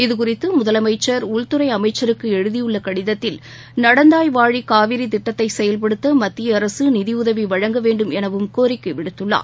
இதுகுறித்து முதலமைச்சர் உள்துறை அமைச்சருக்கு எழுதியுள்ள கடிதத்தில் நடந்தாய் வாழி காவிரி திட்டத்தை செயல்படுத்த மத்திய அரசு நிதியுதவி வழங்க வேண்டும் எனவும் கோரிக்கை விடுத்துள்ளார்